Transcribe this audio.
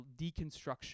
deconstruction